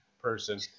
person